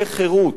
לחירות.